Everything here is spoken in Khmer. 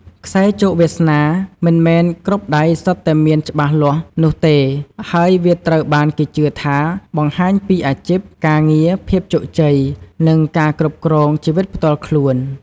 ខ្សែជោគវាសនា មិនមែនគ្រប់ដៃសុទ្ធតែមានច្បាស់លាស់នោះទេ ហើយវាត្រូវបានគេជឿថាបង្ហាញពីអាជីព ការងារ ភាពជោគជ័យ និងការគ្រប់គ្រងជីវិតផ្ទាល់ខ្លួន។